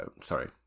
sorry